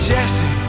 Jesse